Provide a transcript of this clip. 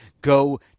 go